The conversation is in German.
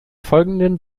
folgenden